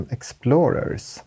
Explorers